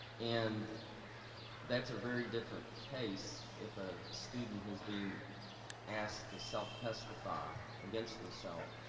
and that's a very different case, if a student is being asked to self-testify against themselves,